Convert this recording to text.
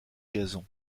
gazon